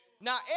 Now